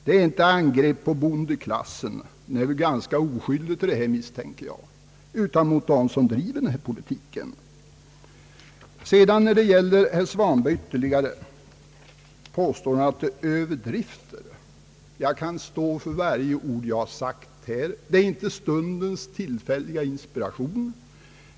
Det har inte riktats något angrepp mot bondeklassen -— den är väl ganska oskyldig i det här sammanhanget — utan mot dem som driver den kritiserade politiken. Vidare har herr Svanström beskyllt mig för överdrifter. Jag kan stå för varje ord som jag har sagt här. De är inte uttryck för stundens inspiration.